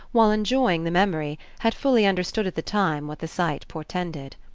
while enjoying the memory, had fully understood at the time what the sight portended.